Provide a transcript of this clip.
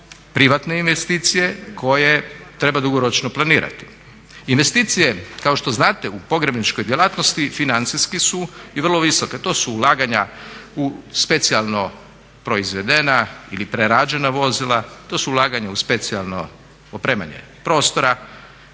privatne investicije koje treba dugoročno planirati. Investicije kao što znate u pogrebničkoj djelatnosti financijski su i vrlo visoke. To su ulaganja u specijalno proizvedena ili prerađena vozila, to su ulaganja u specijalno opremanje prostora.